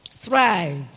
Thrive